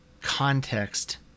context